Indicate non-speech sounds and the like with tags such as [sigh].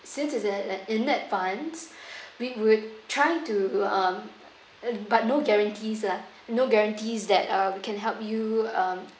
since it's li~ like in advance [breath] we would try to um uh but no guarantees lah no guarantees that uh we can help you um